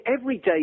everyday